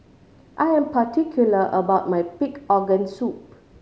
I am particular about my pig organ soup